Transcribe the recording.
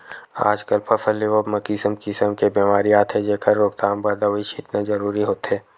आजकल फसल लेवब म किसम किसम के बेमारी आथे जेखर रोकथाम बर दवई छितना जरूरी होथे